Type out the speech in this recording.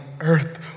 earth